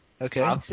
Okay